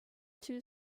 two